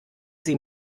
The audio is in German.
sie